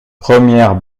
premières